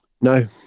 No